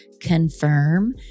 confirm